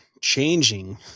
changing